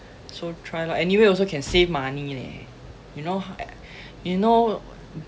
so try lah anyway also can save money leh you know you know